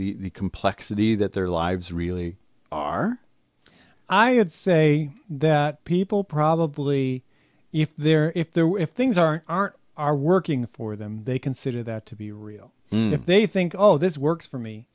the complexity that their lives really are i had say that people probably if they're if there were if things aren't aren't are working for them they consider that to be real if they think oh this works for me